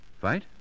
Fight